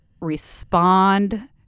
respond